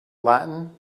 latin